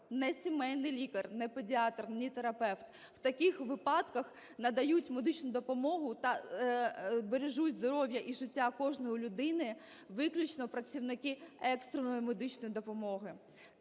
Не сімейний лікар, не педіатр, не терапевт, у таких випадках надають медичну допомогу та бережуть здоров'я і життя кожної людини виключно працівники екстреної медичної допомоги.